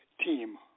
team